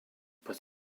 but